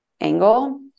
angle